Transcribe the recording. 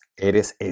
¿Eres